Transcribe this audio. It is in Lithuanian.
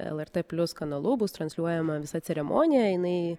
lrt plius kanalu bus transliuojama visa ceremonija jinai